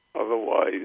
Otherwise